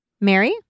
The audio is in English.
Mary